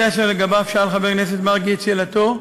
זה אשר לגביו שאל חבר הכנסת מרגי את שאלתו,